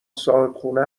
صاحبخونه